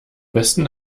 besten